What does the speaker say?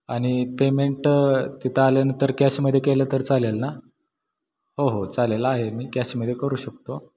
आणि पेमेंट तिथं आल्यानंतर कॅशमध्ये केलं तर चालेल ना हो हो चालेल आहे मी कॅशमध्ये करू शकतो